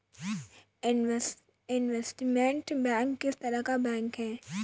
Investment bank किस तरह का बैंक है?